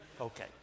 Okay